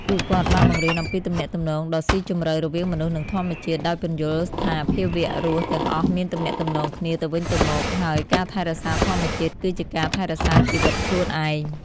ពួកគាត់បានបង្រៀនអំពីទំនាក់ទំនងដ៏ស៊ីជម្រៅរវាងមនុស្ស និងធម្មជាតិ ដោយពន្យល់ថាភាវៈរស់ទាំងអស់មានទំនាក់ទំនងគ្នាទៅវិញទៅមក ហើយការថែរក្សាធម្មជាតិគឺជាការថែរក្សាជីវិតខ្លួនឯង។